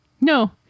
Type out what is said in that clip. No